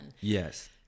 Yes